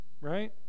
right